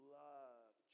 love